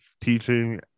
teaching